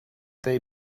they